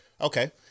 okay